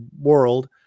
world